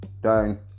down